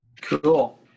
Cool